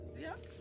yes